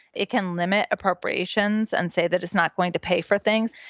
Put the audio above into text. it can limit appropriations and say that it's not going to pay for things.